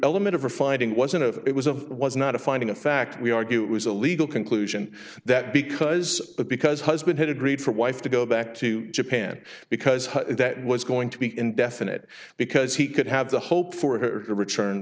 element of her finding wasn't of it was of was not a finding of fact we argue it was a legal conclusion that because of because husband had agreed for wife to go back to japan because that was going to be indefinite because he could have the hope for her to return